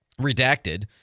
redacted